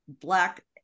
black